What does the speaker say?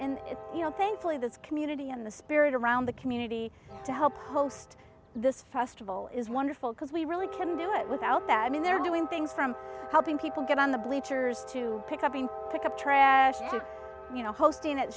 and you know thankfully this community in the spirit around the community to help host this festival is wonderful because we really can do it without that i mean they're doing things from helping people get on the bleachers to pick up and pick up trash you know hosting